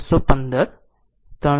51 vote છે